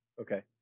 Okay